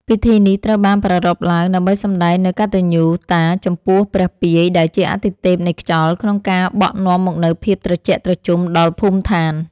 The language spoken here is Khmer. ពិធីនេះត្រូវបានប្រារព្ធឡើងដើម្បីសម្ដែងនូវកតញ្ញូតាចំពោះព្រះពាយ ដែលជាអាទិទេពនៃខ្យល់ ក្នុងការបក់នាំមកនូវភាពត្រជាក់ត្រជុំដល់ភូមិឋាន។